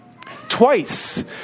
Twice